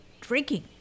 drinking